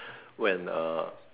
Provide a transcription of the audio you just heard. when a